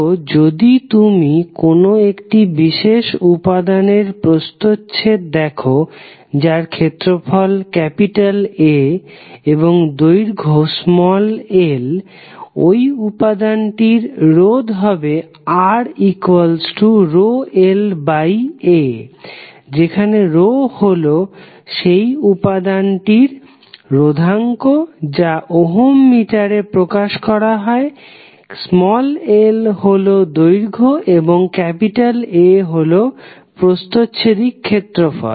তো যদি তুমি কোন একটি বিশেষ উপাদানের প্রস্তচ্ছেদ দেখো যার ক্ষেত্রফল A এবং দৈর্ঘ্য l ঐ উপাদান্তির রোধ হবে RρlA যেখানে হল সেই উপাদান্তির রোধাঙ্ক যা ওহম মিটার এ প্রকাশ করা হয় l হল দৈর্ঘ্য এবং A হল প্রস্তচ্ছেদিক ক্ষেত্রফল